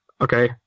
Okay